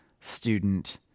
student